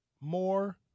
more